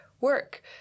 work